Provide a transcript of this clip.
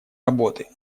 работы